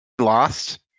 lost